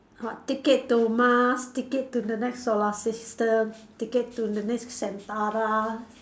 what ticket to Mars ticket to the next solar system ticket to the next